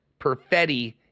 Perfetti